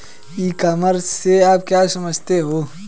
ई commerce से आप क्या समझते हो?